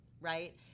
right